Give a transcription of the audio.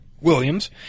Williams